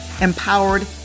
empowered